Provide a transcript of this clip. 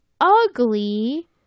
ugly